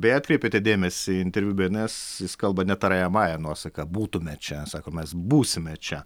beje atkreipėte dėmesį interviu bns jis kalba ne tariamąja nuosaka būtume čia sako mes būsime čia